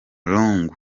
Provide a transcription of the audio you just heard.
lungu